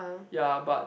ya but